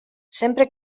sempre